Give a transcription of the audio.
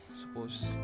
suppose